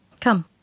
Come